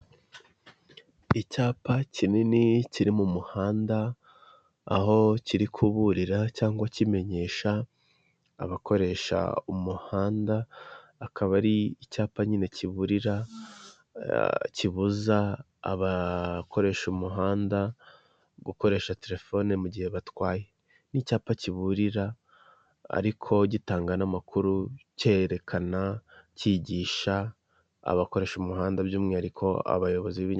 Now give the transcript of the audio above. Icyapa kinini kiri mu muhanda, aho kiri kuburira cyangwa kimenyesha, abakoresha umuhanda, akaba ari icyapa nyine kiburira, kibuza abakoresha umuhanda, gukoresha telefoni mu gihe batwaye, ni icyapa kiburira ariko gitanga n'amakuru cyerekana cyigisha abakoresha umuhanda by'umwihariko abayobozi b'ibinyabiziga.